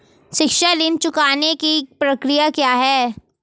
शिक्षा ऋण चुकाने की प्रक्रिया क्या है?